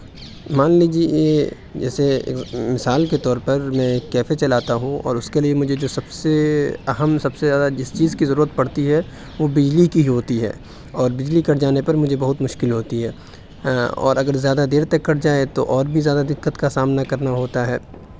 مان لیجیے جیسے مثال کے طور پر میں کیفے چلاتا ہوں اور اُس کے لیے مجھے جو سب سے اہم سب سے زیادہ جس چیز کی ضرورت پڑتی ہے وہ بجلی کی ہی ہوتی ہے اور بجلی کٹ جانے پر مجھے بہت مشکل ہوتی ہے اور اگر زیادہ دیر تک کٹ جائے تو اور بھی زیادہ دقت کا سامنا کرنا ہوتا ہے